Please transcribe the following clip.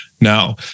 Now